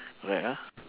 correct ah